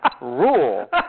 rule